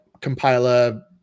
compiler